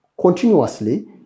continuously